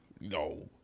No